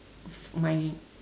of my